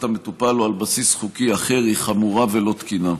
המטופל או ללא בסיס חוקי אחר היא חמורה ולא תקינה.